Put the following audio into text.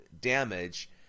damage